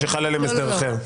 או שחל עליהם הסדר אחר?